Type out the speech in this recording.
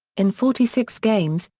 in forty six games,